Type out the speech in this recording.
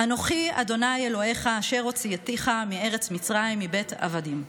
"אנכי ה' אלהיך אשר הוצאתיך מארץ מצרים מבית עבדים"